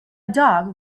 dog